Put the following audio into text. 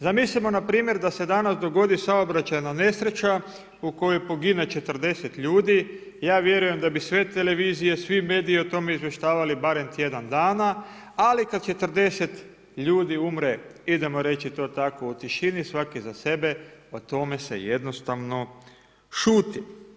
Zamislimo npr. da se danas dogodi saobraćajna nesreća u kojoj pogine 40 ljudi, ja vjerujem da bi sve televizije, svi mediji o tome izvještavali barem tjedan dana, ali kad 40 ljude umre, idemo reći to tako u tišini, svaki za sebe, o tome se jednostavno šuti.